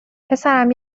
پسرم